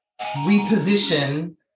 reposition